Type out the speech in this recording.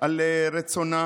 על רצונה